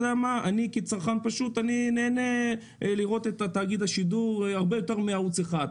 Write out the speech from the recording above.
כצרכן אני נהנה לראות את תאגיד השידור הרבה יותר מערוץ אחד.